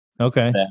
Okay